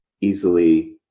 easily